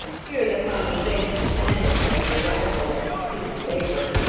here the conversation was ended by the arrival at the scene of labor,